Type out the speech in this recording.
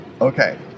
okay